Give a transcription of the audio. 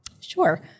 Sure